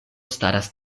staras